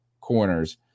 corners